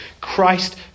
Christ